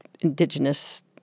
indigenous